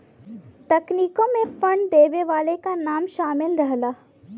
तकनीकों मे फंड देवे वाले के नाम सामिल रहला